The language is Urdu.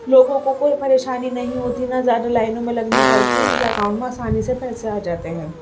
لوگوں کو کوئی پریشانی نہیں ہوتی نہ زیادہ لائن میں لگنی پڑتی ہے ان کے اکاؤنٹ میں آسانی سے پیسے آ جاتے ہیں